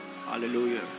Hallelujah